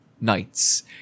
Knights